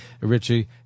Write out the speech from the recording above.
Richie